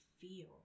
feel